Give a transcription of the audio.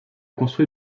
construit